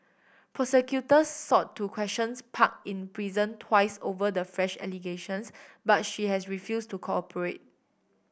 prosecutors sought to questions Park in prison twice over the fresh allegations but she has refused to cooperate